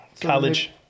College